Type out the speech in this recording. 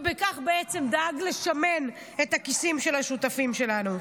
ובכך בעצם דאג לשמן את הכיסים של השותפים שלו.